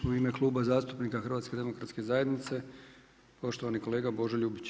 U ime Kluba zastupnika HDZ-a poštovani kolega Božo Ljubić.